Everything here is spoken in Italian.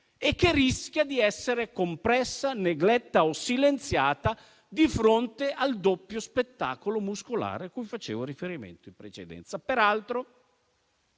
e rischia di essere compressa, negletta o silenziata di fronte al doppio spettacolo muscolare cui facevo riferimento in precedenza. Tra